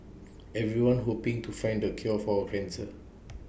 everyone's hoping to find the cure for cancer